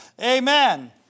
Amen